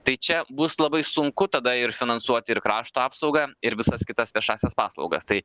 tai čia bus labai sunku tada ir finansuoti ir krašto apsaugą ir visas kitas viešąsias paslaugas tai